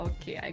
Okay